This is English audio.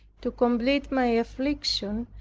to complete my affliction,